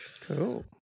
Cool